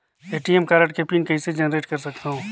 ATM card के पिन कइसे जनरेट कर सकथव?